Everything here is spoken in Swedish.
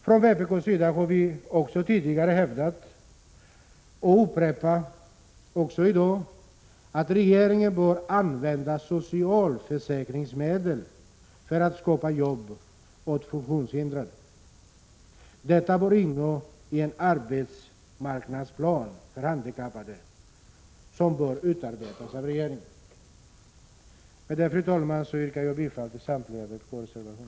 Från vpk:s sida har vi också tidigare hävdat, och upprepar i dag, att regeringen bör använda socialförsäkringsmedel för att skapa jobb åt funktionshindrade. Detta bör ingå i en arbetsmarknadsplan för handikappade, som bör utarbetas av regeringen. Med detta, fru talman, yrkar jag bifall till samtliga vpk-reservationer.